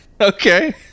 Okay